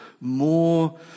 more